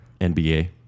nba